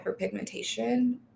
hyperpigmentation